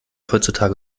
heutzutage